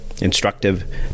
instructive